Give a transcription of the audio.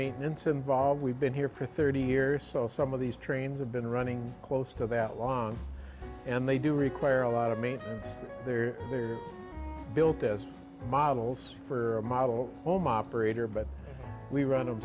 maintenance involved we've been here for thirty years so some of these trains have been running close to that long and they do require a lot of meat there they're built as models for a model home operator but we r